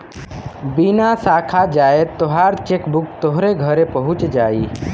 बिना साखा जाए तोहार चेकबुक तोहरे घरे पहुच जाई